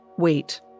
Wait